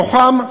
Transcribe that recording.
מתוכם,